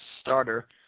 starter